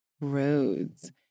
roads